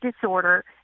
disorder